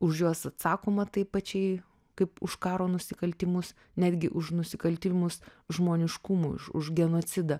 už juos atsakoma taip pačiai kaip už karo nusikaltimus netgi už nusikaltimus žmoniškumui už už genocidą